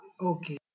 Okay